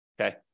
okay